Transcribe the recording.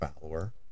follower